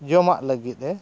ᱡᱚᱢᱟᱜ ᱞᱟᱹᱜᱤᱫ ᱮ